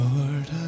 Lord